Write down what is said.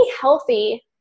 healthy